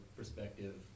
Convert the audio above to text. perspective